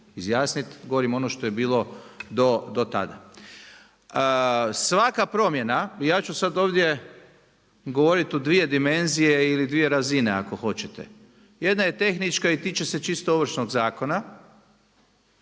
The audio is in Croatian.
izjasniti, govorimo ono što je bilo do tada. Svaka promjena, ja ću sad ovdje govoriti u dvije dimenzije ili dvije razine, ako hoćete. Jedna je tehnička i tiče se čisto se čisto Ovršnog zakona.